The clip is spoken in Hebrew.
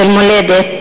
של מולדת,